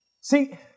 See